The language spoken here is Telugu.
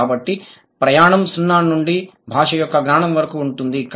కాబట్టి ప్రయాణం 0 నుండి భాష యొక్క జ్ఞానం వరకు ఉంటుంది